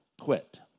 quit